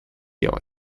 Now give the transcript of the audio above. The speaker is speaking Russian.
это